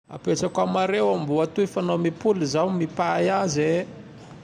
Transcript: Apetrako amareo amboa toy fa naho mipoly zao mipay azy e!